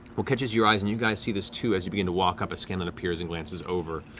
what catches your eyes, and you guys see this too as you begin to walk up as scanlan appears and glances over,